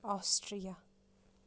Austria